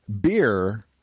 beer